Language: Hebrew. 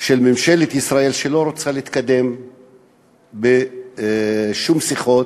של ממשלת ישראל, שלא רוצה להתקדם בשום שיחות